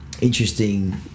interesting